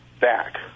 back